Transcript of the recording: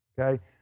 Okay